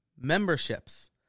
memberships